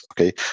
Okay